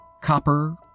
copper